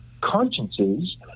consciences